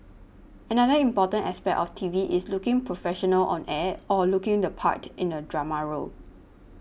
another important aspect of T V is looking professional on air or looking the part in a drama role